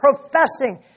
professing